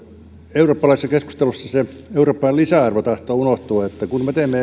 eurooppalaisessa keskustelussa se eurooppalainen lisäarvo tahtoo unohtua kun me teemme